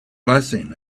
blessing